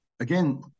Again